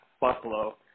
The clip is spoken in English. Buffalo